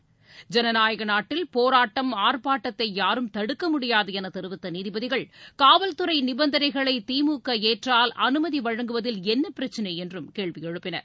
ஐனநாயக நாட்டில் போராட்டம் ஆர்ப்பாட்டத்தை யாரும் தடுக்க முடியாது என தெரிவித்த நீதிபதிகள் காவல்துறை நிபந்தனைகளை திமுக ஏற்றால் அனுமதி வழங்குவதில் என்ன பிரச்னை என்றும் கேள்வி எழுப்பினர்